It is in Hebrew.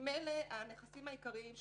ממילא הנכסים העיקריים,